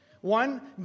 One